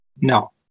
no